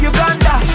Uganda